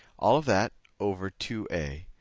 all of that over two a.